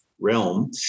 realm